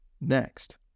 next